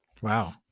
Wow